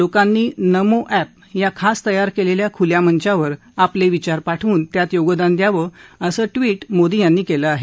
लोकांनी नमो एप या खास तयार केलेल्या खुल्या मंचावर आपले विचार पाठवून त्यात योगदान द्यावं असं ट्विट मोदी यांनी केलं आहे